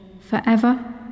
forever